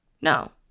no